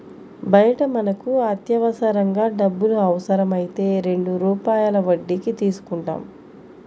బయట మనకు అత్యవసరంగా డబ్బులు అవసరమైతే రెండు రూపాయల వడ్డీకి తీసుకుంటాం